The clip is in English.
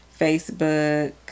Facebook